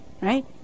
Right